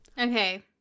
Okay